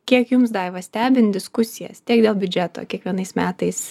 kiek jums daiva stebint diskusijas tiek dėl biudžeto kiekvienais metais